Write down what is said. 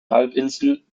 halbinsel